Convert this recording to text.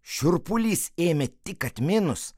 šiurpulys ėmė tik atminus